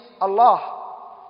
Allah